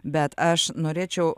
bet aš norėčiau